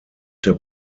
der